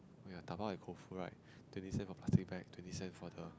oh ya dabao at Koufu right twenty cents for plastic bag twenty cents for the